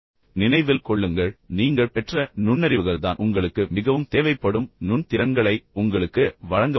நினைவில் கொள்ளுங்கள் நீங்கள் பெற்ற நுண்ணறிவுகள்தான் உங்களுக்கு மிகவும் தேவைப்படும் நுண் திறன்களை உங்களுக்கு வழங்கப் போகின்றன